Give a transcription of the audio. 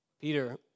Peter